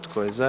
Tko je za?